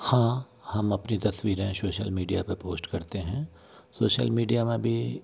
हाँ हम अपनी तस्वीरें सोशल मीडिया पर पोस्ट करते हैं सोशल मीडिया में भी